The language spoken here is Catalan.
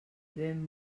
ben